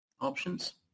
options